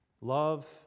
Love